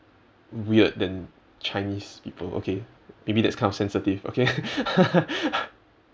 weird than chinese people okay maybe that's kind of sensitive okay